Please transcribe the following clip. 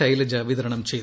ശൈലജ വിതരണം ചെയ്തു